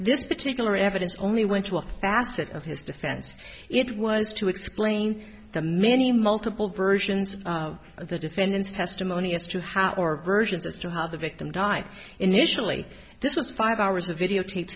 this particular evidence only went to a facet of his defense it was to explain the many multiple versions of the defendant's testimony as to how or versions as to how the victim died initially this was five hours of videotape